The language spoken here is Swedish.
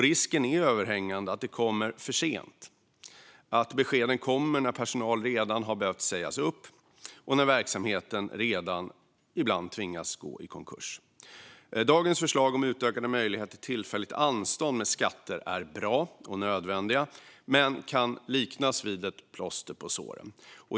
Risken är överhängande att det kommer för sent, att beskeden kommer när personal redan har behövt sägas upp eller verksamheten redan har tvingats att gå i konkurs. Dagens förslag om utökade möjligheter till tillfälligt anstånd med skatter är bra och nödvändigt men kan liknas vid ett plåster på såren.